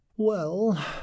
Well